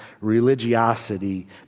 religiosity